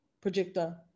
projector